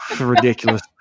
ridiculous